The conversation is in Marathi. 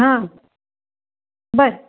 हां बरं